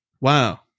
Wow